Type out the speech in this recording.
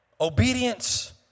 Obedience